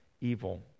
evil